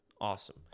Awesome